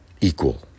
equal